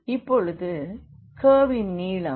இப்பொழுது கர்வின் நீளம்